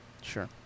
Sure